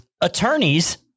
Attorneys